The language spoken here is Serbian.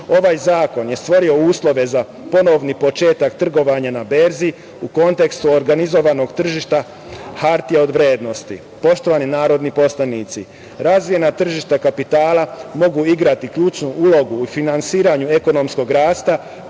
Ovaj zakon je stvorio uslove za ponovni početak trgovanja na berzi u kontekstu organizovanog tržišta hartija od vrednosti. Poštovani narodni poslanici razvijena tržišta kapitala mogu igrati ključnu ulogu u finansiranju ekonomskog rasta,